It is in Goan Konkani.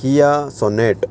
किया सोनेट